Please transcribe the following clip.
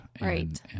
Right